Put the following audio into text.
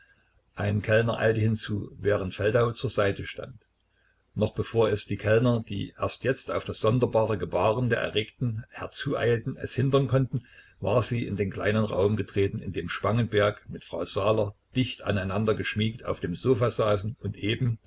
ein kellner eilte hinzu während feldau zur seite stand noch bevor es die kellner die erst jetzt auf das sonderbare gebaren der erregten herzueilten es hindern konnten war sie in den kleinen raum getreten in dem spangenberg mit frau saaler dicht aneinander geschmiegt auf dem sofa saßen und eben